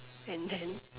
and then